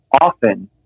often